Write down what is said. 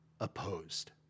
opposed